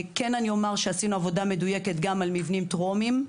כן אומר שעשינו עבודה מדויקת גם על מבנים טרומיים,